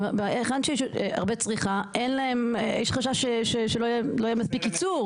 היכן שיש הרבה צריכה יש חשש שלא יהיה מספיק יצור,